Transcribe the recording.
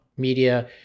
media